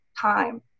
time